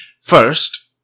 First